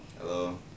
Hello